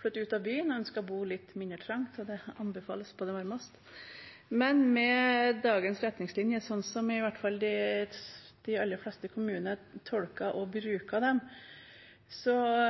flytte ut av byen, ønsker å bo litt mindre trangt, og det anbefales på det varmeste. Men med dagens retningslinjer, slik de aller fleste kommuner tolker og bruker dem, står